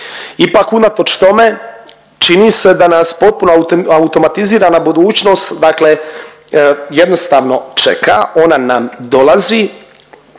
Ipak, unatoč tome čini se da nas potpuno automatizirana budućnost dakle, jednostavno čeka, ona nam dolazi